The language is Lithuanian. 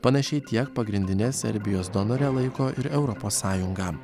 panašiai tiek pagrindine serbijos donore laiko ir europos sąjungą